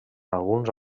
alguns